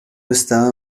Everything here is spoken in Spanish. estaba